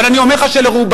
ואני מאמין שהם